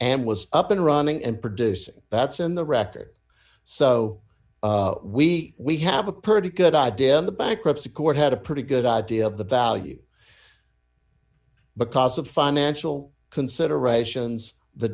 and was up and running and producing that's in the record so we we have a pretty good idea the bankruptcy court had a pretty good idea of the value because of financial considerations the